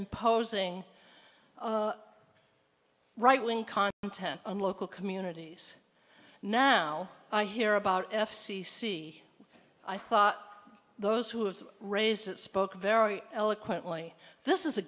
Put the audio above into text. imposing right wing content on local communities now i hear about f c c i thought those who have raised that spoke very eloquently this is a